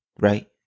right